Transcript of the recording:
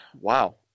Wow